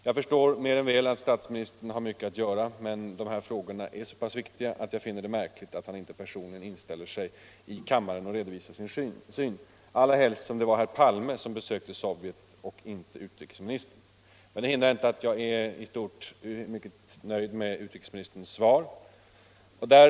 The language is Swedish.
Jag förstår mer än väl att statsmi Nr 110 nistern har mycket att göra, men de här frågorna är så pass viktiga att Tisdagen den jag finner det märkligt att han inte personligen inställer sig i kammaren 27 april 1976 och redovisar sin syn — allra helst som det var herr Palme och inteut — rikesministern som besökte Sovjetunionen. Om tillämpningen i Men detta hindrar inte att jag i stort är nöjd med utrikesministerns Sovjetunionen av svar.